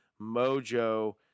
mojo